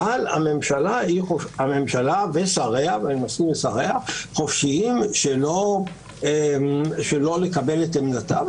אבל הממשלה ושריה חופשיים שלא לקבל את עמדתו.